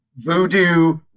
Voodoo